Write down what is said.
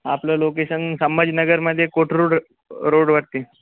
आपलं लोकेशन संभाजीनगरमध्ये कोथरूड रोडवरती